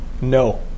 No